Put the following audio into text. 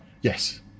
Yes